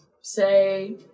say